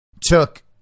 took